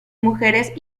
mujeres